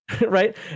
Right